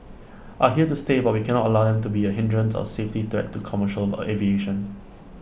are here to stay but we cannot allow them to be A hindrance or safety threat to commercial aviation